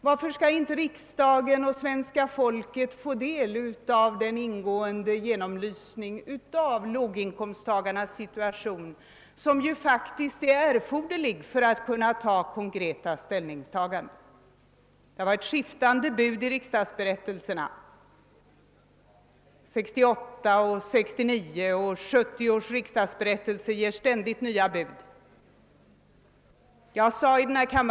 Varför skall inte riksdagen och svenska folket få del av den ingående genomlysning av låginkomsttagarnas situation som faktiskt är erforderlig för att kunna göra konkreta ställningstaganden? Det har i 1968, 1969 och 1970 års riksdagsberättelser givits skiftande bud om tidpunkten för utredningens slutbetänkande.